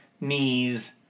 knees